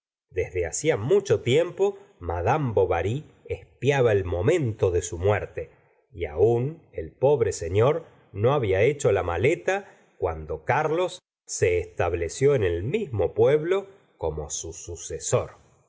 desde hacía mucho tiempo madame bovary espiaba el momento de su muerte y aun el pobre senor no habla hecho la maleta cuando carlos se estableció en el mismo pueblo como su sucesor